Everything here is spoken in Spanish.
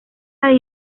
las